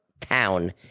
town